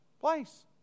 place